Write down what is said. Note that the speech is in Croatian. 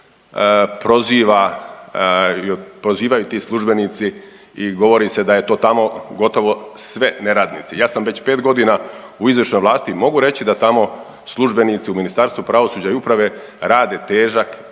prozivaju ti službenici i govori se da je to tamo gotovo sve neradnici. Ja sam već pet godina u izvršnoj vlasti, mogu reći da tamo službenici u Ministarstvu pravosuđa i uprave rade težak,